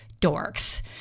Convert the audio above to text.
dorks